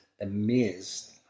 amazed